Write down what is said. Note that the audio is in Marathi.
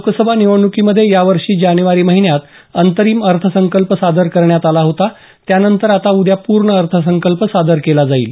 लोकसभा निवडणुकीमुळे यावर्षी जानेवारी महिन्यात अंतरिम अर्थसंकल्प सादर करण्यात आला होता त्यानंतर आता उद्या पूर्ण अर्थसंकल्प सादर केला जाईल